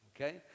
Okay